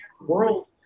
world